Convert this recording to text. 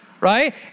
right